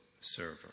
server